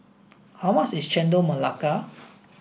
how much is Chendol Melaka